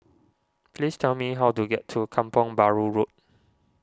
please tell me how to get to Kampong Bahru Road